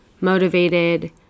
motivated